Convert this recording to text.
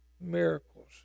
miracles